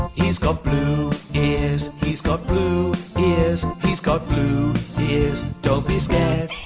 he's got blue ears. he's got blue ears. he's got blue ears. don't be scared.